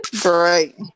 great